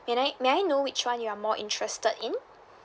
may I may I know which [one] you're more interested in